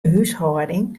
húshâlding